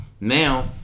Now